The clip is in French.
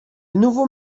nouveau